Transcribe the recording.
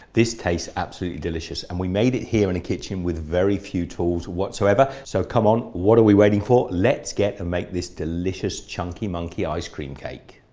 this tastes absolutely delicious and we made it here in the kitchen with very few tools whatsoever so come on what are we waiting for let's get and make this delicious chunky monkey ice cream cake.